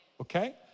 Okay